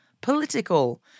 political